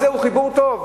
הזה הוא חיבור טוב.